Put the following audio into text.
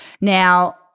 Now